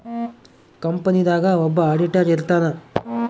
company ದಾಗ ಒಬ್ಬ auditor ಇರ್ತಾನ